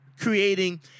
creating